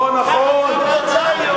עם חוק לא תהיה להם ברירה.